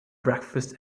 breakfast